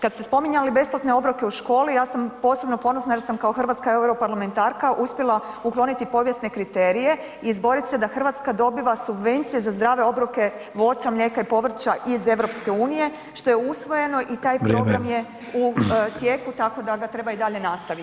Kad ste spominjali besplatne obroke u školi, ja sam posebno ponosna jer sam kao hrvatska europarlamentarka uspjela ukloniti povijesne kriterije i izborit se da Hrvatska dobiva subvencije za zdrave obroke voća, mlijeka i povrća iz EU-a, što je usvojeno i taj program je u tijeku, tako da ga treba i dalje nastaviti.